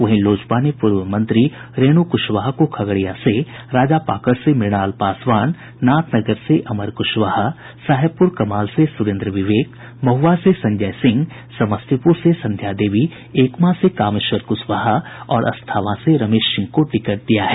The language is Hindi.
वहीं लोजपा ने पूर्व मंत्री रेणु कुशवाहा को खगड़िया से राजापाकड़ से मृणाल पासवान नाथनगर से अमर कुशवाहा साहेबपुर कमाल से सुरेन्द्र विवेक महुआ से संजय सिंह समस्तीपुर से संध्या देवी एकमा से कामेश्वर कुशवाहा और अस्थावां से रमेश सिंह को टिकट दिया है